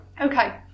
Okay